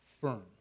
firm